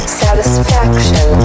satisfaction